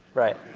right.